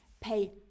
pay